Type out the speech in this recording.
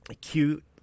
cute